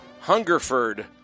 Hungerford